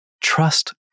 trust